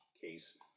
case